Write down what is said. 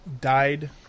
died